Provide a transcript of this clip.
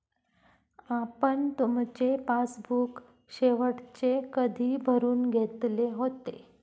आपण तुमचे पासबुक शेवटचे कधी भरून घेतले होते?